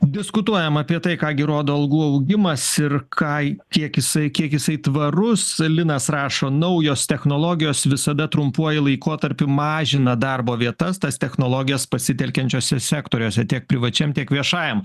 diskutuojam apie tai ką gi rodo algų augimas ir ką kiek jisai kiek jisai tvarus linas rašo naujos technologijos visada trumpuoju laikotarpiu mažina darbo vietas tas technologijas pasitelkiančiuose sektoriuose tiek privačiam tiek viešajam